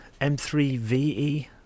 M3VE